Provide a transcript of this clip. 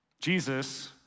Jesus